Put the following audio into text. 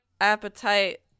Appetite